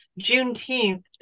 Juneteenth